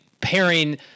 pairing